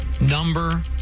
number